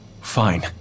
Fine